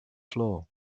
floor